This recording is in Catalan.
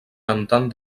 cantant